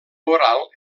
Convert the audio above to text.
oral